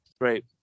Right